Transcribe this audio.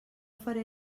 faré